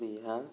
Bihar